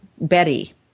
Betty